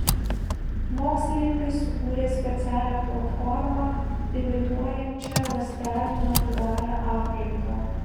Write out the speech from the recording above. mokslininkai sukūrė specialią platformą imituojančią ląstelių natūralią aplinką